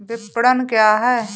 विपणन क्या है?